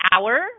hour